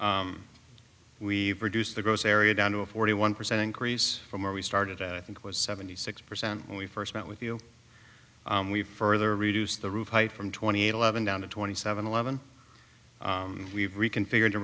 we've reduced the gross area down to a forty one percent increase from where we started out i think it was seventy six percent when we first met with you we further reduce the roof height from twenty eight eleven down to twenty seven eleven we've reconfigured to